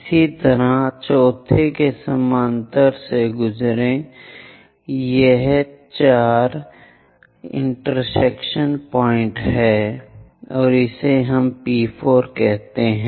इसी तरह इस चौथे के समानांतर से गुजरें यह यहाँ 4 पर प्रतिच्छेद करता है इसलिए हमें P4 कहते हैं